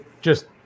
Just-